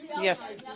Yes